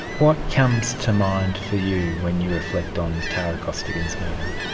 what comes to mind for you when you reflect on tara costigan's murder?